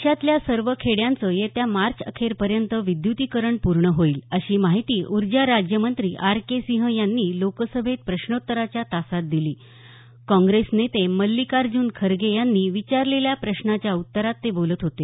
देशातल्या सर्व खेड्यांचं येत्या मार्चअखेरपर्यंत विद्युतीकरण पूर्ण होईल अशी माहिती ऊर्जा राज्यमंत्री आर के सिंह यांनी लोकसभेत प्रश्नोत्तराच्या तासात दिली काँग्रेस नेते मल्लिकार्जून खरगे यांनी विचारलेल्या प्रश्नाच्या उत्तरात ते बोलत होते